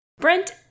Brent